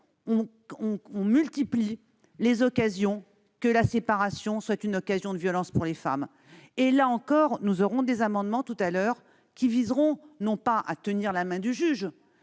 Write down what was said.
on multiplie les occasions que la séparation soit une occasion de violence pour les femmes. Nous présenterons des amendements tout à l'heure, qui viseront non pas à tenir la main du juge,